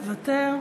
מוותר.